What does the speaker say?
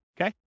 Okay